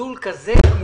זלזול כזה מוחלט